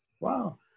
Wow